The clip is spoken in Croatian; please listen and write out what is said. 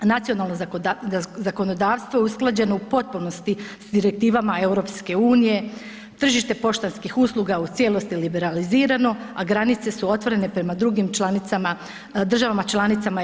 Nacionalno zakonodavstvo usklađeno je u potpunosti s direktivama EU, tržište poštanskih usluga u cijelosti je liberalizirano, a granice su otvorene prema drugim državama članicama EU.